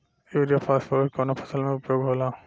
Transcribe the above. Urea phosphorus कवना फ़सल में उपयोग होला?